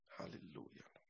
Hallelujah